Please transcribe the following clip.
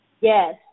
Yes